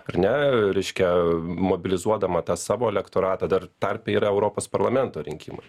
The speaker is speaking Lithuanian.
ar ne reiškia mobilizuodama tą savo elektoratą dar tarpe yra europos parlamento rinkimai